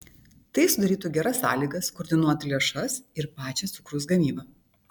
tai sudarytų geras sąlygas koordinuoti lėšas ir pačią cukraus gamybą